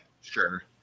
Sure